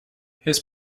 his